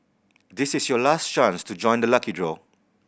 this is your last chance to join the lucky draw